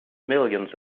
millions